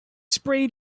sprayed